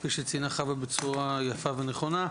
כפי שציינה חוה בצורה יפה ונכונה.